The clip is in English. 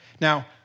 Now